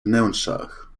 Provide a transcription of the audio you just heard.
wnętrzach